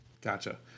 Gotcha